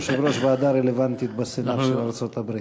יושב-ראש ועדה רלוונטית בסנאט של ארצות-הברית.